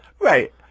Right